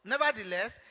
Nevertheless